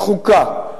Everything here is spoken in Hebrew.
חוקה,